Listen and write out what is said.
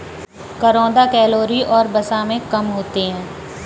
करौंदा कैलोरी और वसा में कम होते हैं